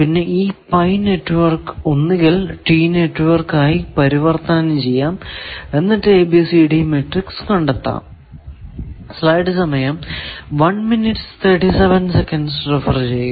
പിന്നെ ഈ pi network ഒന്നുകിൽ ടീ നെറ്റ്വർക്ക് ആയി പരിവർത്തനം ചെയ്യാം എന്നിട്ടു ABCD മാട്രിക്സ് കണ്ടെത്താം